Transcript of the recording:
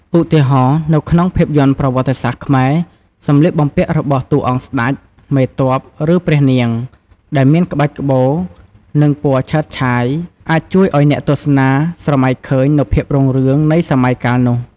ឧទាហរណ៍ នៅក្នុងភាពយន្តប្រវត្តិសាស្ត្រខ្មែរ សម្លៀកបំពាក់របស់តួអង្គស្តេច មេទ័ព ឬព្រះនាង ដែលមានក្បាច់ក្បូរ និងពណ៌ឆើតឆាយ អាចជួយឱ្យអ្នកទស្សនាស្រមៃឃើញនូវភាពរុងរឿងនៃសម័យកាលនោះ ។